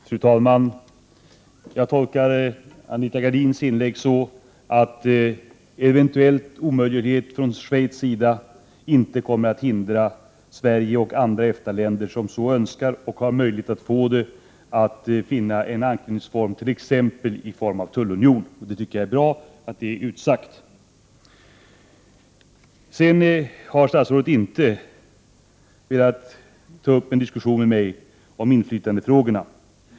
Fru talman! Jag tolkar Anita Gradins inlägg, att eventuell omöjlighet från Schweiz sida inte kommer att hindra Sverige och andra EFTA-länder som så önskar — och som har möjlighet att få det — att finna en anknytningsform, t.ex. i form av tullunion. Jag tycker att det är bra att detta har uttalats. Statsrådet har inte velat ta upp en diskussion med mig om inflytandefrågorna.